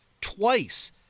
Twice